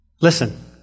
Listen